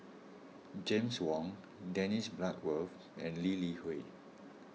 James Wong Dennis Bloodworth and Lee Li Hui